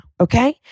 okay